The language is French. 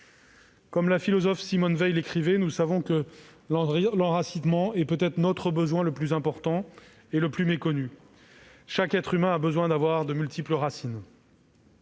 Comme la philosophe Simone Weil l'écrivait, nous savons que « l'enracinement est peut-être [notre] besoin le plus important et le plus méconnu. Chaque être humain a besoin d'avoir de multiples racines.